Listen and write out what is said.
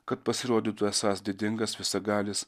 kad pasirodytų esąs didingas visagalis